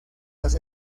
los